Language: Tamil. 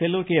செல்லூர் கே